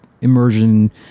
immersion